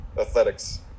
Athletics